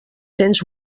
cents